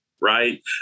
right